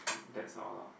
that's all